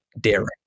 daring